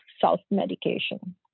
self-medication